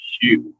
huge